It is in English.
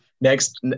Next